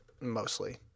mostly